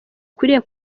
ukwiriye